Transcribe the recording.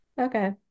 okay